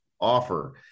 offer